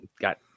got